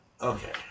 Okay